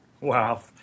Wow